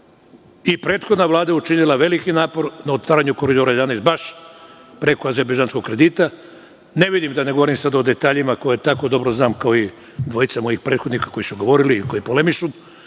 I prethodna Vlada je učinila veliki napor na otvaranju Koridora 11, baš preko azerbejdžanskog kredita. Ne vidim, a ne bih da govorim o detaljima koje tako dobro znam kao i dvojica mojih prethodnika koji su govorili i koji polemišu,